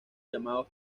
llamado